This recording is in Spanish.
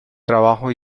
trabajo